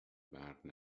برق